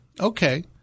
Okay